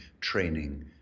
training